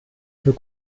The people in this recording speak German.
für